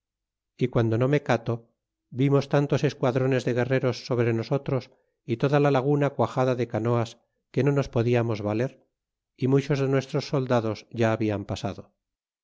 y guando no me cato vimos tantos esquadrones de guerreros sobre nosotros y toda la laguna cuaxada de canoas que no nos podiamos valer y muchos de nuestros soldados ya habían pasado